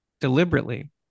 deliberately